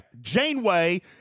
Janeway